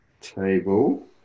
table